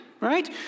right